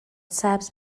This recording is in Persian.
سبز